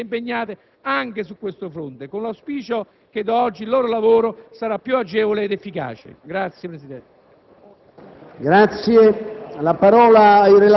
il massimo sostegno alle forze dell'ordine quotidianamente impegnate anche su questo fronte, con l'auspicio che da oggi il loro lavoro sarà più agevole ed efficace. *(Applausi